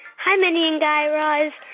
hi, mindy and guy raz.